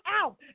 out